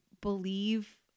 believe